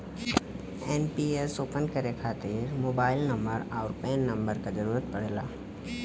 NPS open करे खातिर mobile number आउर पैन नंबर क जरुरत पड़ला